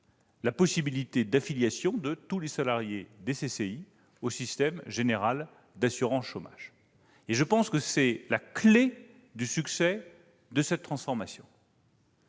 la possibilité d'affiliation de tous les salariés des CCI au régime général d'assurance chômage. Selon moi, c'est la clé du succès de cette transformation.